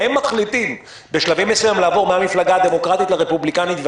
והם מחליטים בשלבים מסוימים לעבור מהמפלגה הדמוקרטית לרפובליקנית וההפך,